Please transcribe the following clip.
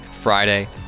Friday